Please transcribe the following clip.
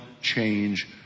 change